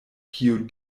kiu